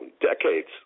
decades